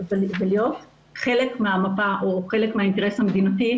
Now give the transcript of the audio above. ולהיות חלק מהמפה או חלק מהאינטרס המדינתי,